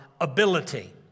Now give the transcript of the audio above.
ability